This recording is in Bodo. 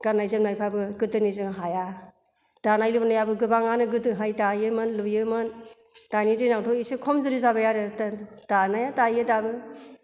गाननाय जोमनायफ्राबो गोदोनिजों हाया दानाय लुनायाबो गोबाङनो गोदोहाय दायोमोन लुयोमोन दानि दिनावथ' एसे खमजुरि जाबाय आरो दानाया दायो दाबो